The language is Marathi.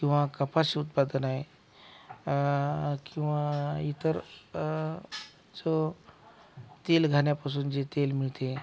किंवा कपाशी उत्पादन आहे किंवा इतर चं तेल घान्यापासून जे तेल मिळते